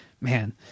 man